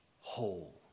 whole